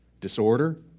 disorder